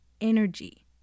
energy